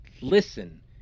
listen